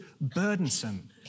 burdensome